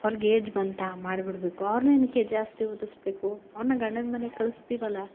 ಅವ್ರ್ಗೆ ಏಜ್ ಬಂತಾ ಮಾಡಿ ಬಿಡಬೇಕು ಅವ್ರ್ನೇತಕ್ಕೆ ಜಾಸ್ತಿ ಓದಿಸ್ಬೇಕು ಅವ್ರನ್ನ ಗಂಡನ ಮನೆಗೆ ಕಳಿಸ್ತೀವಲ್ಲ